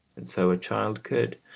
and so a child could.